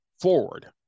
forward